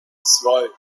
zwei